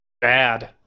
bad